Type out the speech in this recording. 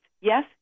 Yes